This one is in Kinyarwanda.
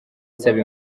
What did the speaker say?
isaba